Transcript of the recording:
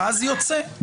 ואז יוצא.